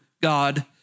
God